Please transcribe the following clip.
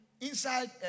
Inside